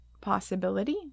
possibility